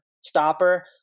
stopper